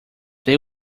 they